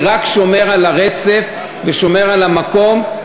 זה רק שומר על הרצף ושומר על המקום,